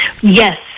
Yes